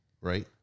right